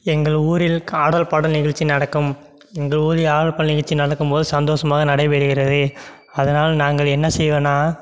எங்கள் ஊரில் ஆடல் பாடல் நிகழ்ச்சி நடக்கும் எங்கள் ஊரில் ஆடல் பாடல் நிகழ்ச்சி நடக்கும் போது சந்தோஷமாக நடைபெறுகிறது அதனால் நாங்கள் என்ன செய்வோன்னால்